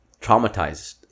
traumatized